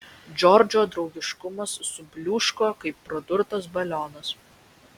džordžo draugiškumas subliūško kaip pradurtas balionas